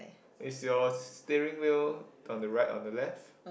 is your steering wheel on the right or the left